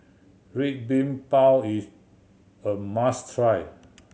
Red Bean Bao is a must try